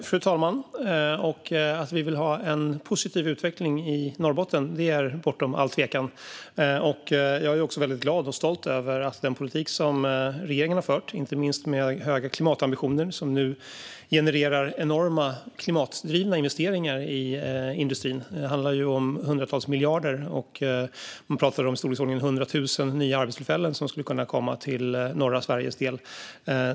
Fru talman! Att vi vill ha en positiv utveckling i Norrbotten är bortom all tvekan. Jag är glad och stolt över den politik som regeringen har fört. Det gäller inte minst de höga klimatambitionerna, som nu genererar enorma klimatdrivna investeringar i industrin. Det handlar om hundratals miljarder kronor, och man pratar om i storleksordningen 100 000 nya arbetstillfällen som skulle kunna komma norra Sverige till del.